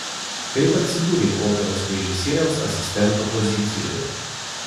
kaip atsidūrei operos režisieriaus asistento pozicijoje